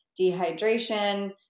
dehydration